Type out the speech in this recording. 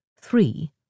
three